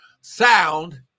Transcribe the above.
sound